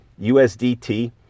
USDT